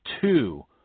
Two